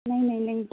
نہیں نہیں نہیں